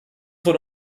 von